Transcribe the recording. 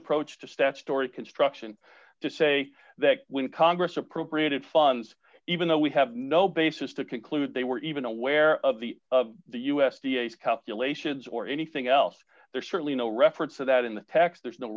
approach to statutory construction to say that when congress appropriated funds even though we have no basis to conclude they were even aware of the the u s d a s calculations or anything else there's certainly no reference to that in the tax there's no